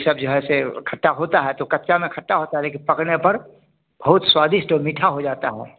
यह सब जो है से खट्टा होता है तो कच्चे में खट्टा होता है लेकिन पकने पर बहुत स्वादिष्ट और मीठा हो जाता है